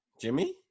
Jimmy